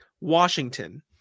Washington